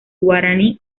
guaraní